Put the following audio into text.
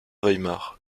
weimar